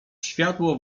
światło